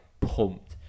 pumped